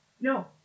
No